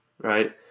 right